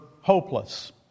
hopeless